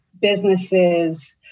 businesses